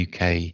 UK